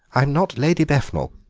i'm not lady befnal.